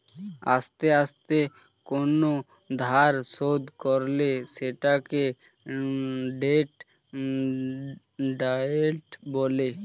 আস্তে আস্তে কোন ধার শোধ করলে সেটাকে ডেট ডায়েট বলে